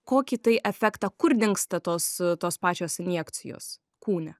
kokį tai efektą kur dingsta tos tos pačios injekcijos kūne